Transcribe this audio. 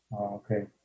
Okay